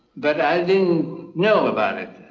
but i didn't know about it.